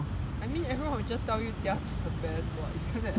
I mean everyone will just tell you theirs is the best [what] isn't that